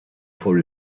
for